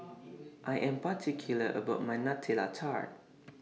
I Am particular about My Nutella Tart